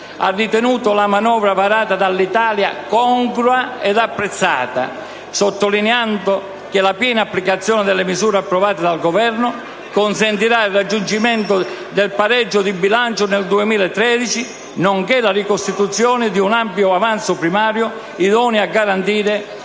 ha ritenuto la manovra varata dall'Italia congrua ed apprezzata, sottolineando che la piena applicazione delle misure approvate dal Governo consentirà il raggiungimento del pareggio di bilancio nel 2013, nonché la ricostituzione di un ampio avanzo primario idoneo a garantire